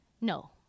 No